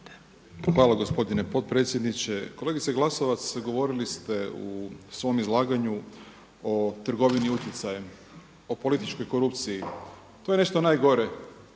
Hvala gospodine potpredsjedniče. Kolegice Glasovac, govorili ste u svom izlaganju o trgovini utjecajem, o političkoj korupciji. To je nešto najgore